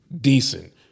decent